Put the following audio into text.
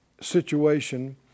situation